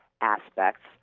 aspects